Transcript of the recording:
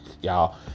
y'all